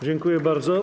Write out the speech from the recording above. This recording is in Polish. Dziękuję bardzo.